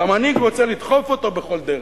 והמנהיג רוצה לדחוף אותו בכל דרך.